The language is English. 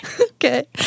Okay